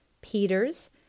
Peters